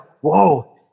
whoa